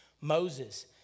Moses